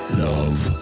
love